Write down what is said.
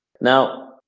Now